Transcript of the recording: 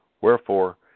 Wherefore